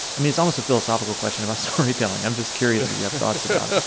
i mean, it's almost a philosophical question about storytelling. i'm just curious if you have thoughts about ah